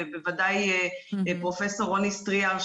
ובוודאי פרופ' רוני סטריאר,